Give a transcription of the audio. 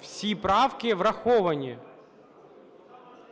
Всі правки враховані.